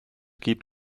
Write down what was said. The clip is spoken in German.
gibt